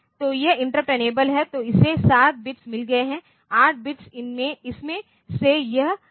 तो यह interrupt enable है तो इसे 7 बिट्स मिल गए हैं 8 बिट्स इसमें से यह बिट नंबर 6 अर्थहीन है